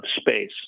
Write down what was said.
space